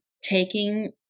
taking